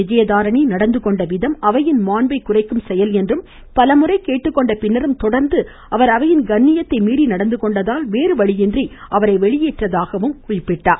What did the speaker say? விஜயதரணி நடந்துகொண்ட விதம் அவையின் மாண்பை குறைக்கும் செயல் என்றும் பலமுறை கேட்டுக்கொண்ட பின்னரும் தொடர்ந்து அவர் அவையின் கண்ணியத்தை மீறி நடந்துகொண்டதால் வேறு வழியின்றி அவரை வெளியேற்றதாகவும் கூறினார்